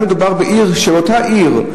אותה עיר,